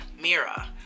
Mira